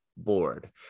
board